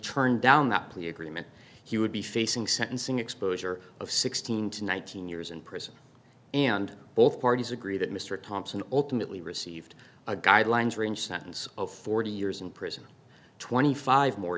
turned down that plea agreement he would be facing sentencing exposure of sixteen to nineteen years in prison and both parties agree that mr thompson ultimately received a guidelines range sentence of forty years in prison twenty five more